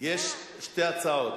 יש שתי הצעות,